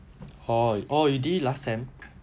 oh oh you did it last sem